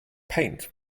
paint